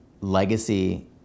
legacy